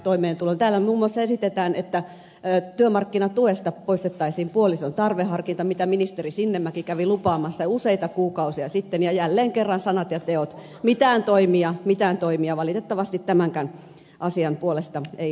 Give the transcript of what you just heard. täällä muun muassa esitetään että työmarkkinatuesta poistettaisiin puolison tarveharkinta mitä ministeri sinnemäki kävi lupaamassa useita kuukausia sitten ja jälleen kerran sanat ja teot mitään toimia mitään toimia valitettavasti tämänkään asian puolesta ei ole tullut